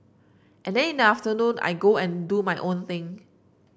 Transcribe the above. and then in the afternoon I go and do my own thing